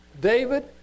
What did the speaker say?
David